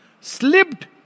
slipped